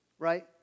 right